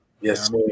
yes